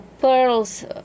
pearls